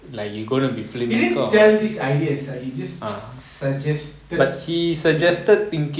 he didn't sell this ideas ah he just suggested